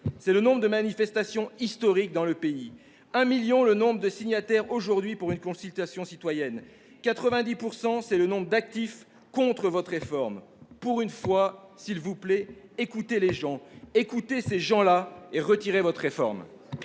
c'est le nombre de manifestations historiques dans le pays ; un million, le nombre de signataires, aujourd'hui, pour une consultation citoyenne ; 90 %, c'est le pourcentage d'actifs contre votre réforme. Pour une fois, s'il vous plaît, écoutez les gens, écoutez ces gens-là. Retirez votre réforme